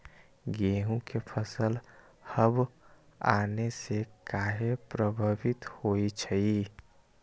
गेंहू के फसल हव आने से काहे पभवित होई छई?